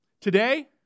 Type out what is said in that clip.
today